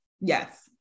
Yes